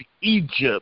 Egypt